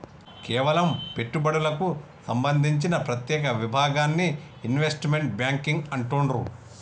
కేవలం పెట్టుబడులకు సంబంధించిన ప్రత్యేక విభాగాన్ని ఇన్వెస్ట్మెంట్ బ్యేంకింగ్ అంటుండ్రు